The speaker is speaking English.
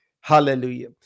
Hallelujah